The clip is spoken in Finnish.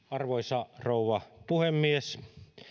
arvoisa rouva puhemies